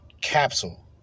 Capsule